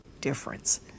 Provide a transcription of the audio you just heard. difference